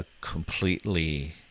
completely